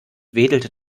wedelte